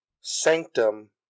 sanctum